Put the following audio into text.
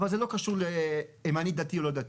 אבל זה לא קשור אם אני דתי או לא דתי,